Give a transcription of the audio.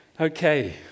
Okay